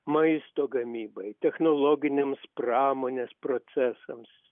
maisto gamybai technologiniams pramonės procesams